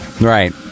Right